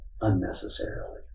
unnecessarily